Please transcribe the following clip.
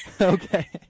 Okay